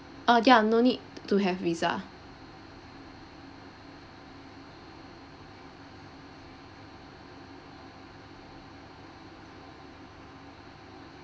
uh ya no need to have visa